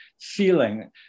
feeling